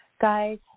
Guys